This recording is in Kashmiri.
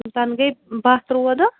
تَنہٕ گٔے بہہ تُرٛواہ دۄہ